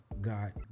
God